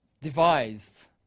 devised